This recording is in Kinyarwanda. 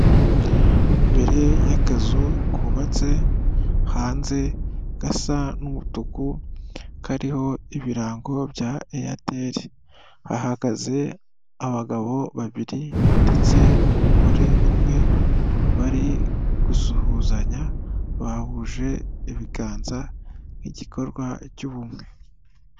Imbere y'akazu kubabatse hanze gasa n'umutuku kariho ibirango bya eyateli hahagaze abagabo babiri ndetse n'umugore umwe bari gusuhuzanya bahuje ibiganza nk'igikorwa cy'ubumwe.